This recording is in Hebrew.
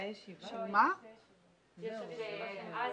נעשה עוד סבב של רשות דיבור, ואז